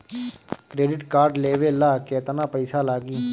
Credit card लेवे ला केतना पइसा लागी?